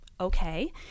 okay